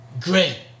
great